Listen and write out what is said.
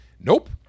Nope